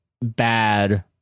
bad